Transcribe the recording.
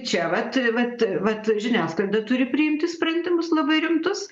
čia vat vat vat žiniasklaida turi priimti sprendimus labai rimtus